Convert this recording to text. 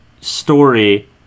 story